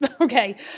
okay